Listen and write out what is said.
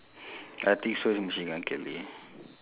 I think so it's machine gun kelly